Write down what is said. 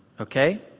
Okay